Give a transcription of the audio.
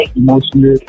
emotional